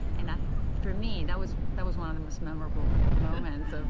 and for me, that was that was one of the most memorable moments of,